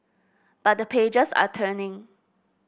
but the pages are turning